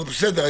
אבל בסדר,